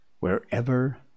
Wherever